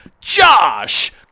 Josh